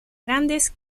grandes